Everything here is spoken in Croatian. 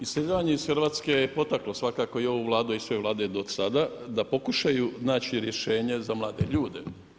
Iseljavanje iz Hrvatske je potaklo svakako i ovu Vladu i sve Vlade do sada da pokušaju naći rješenje za mlade ljude.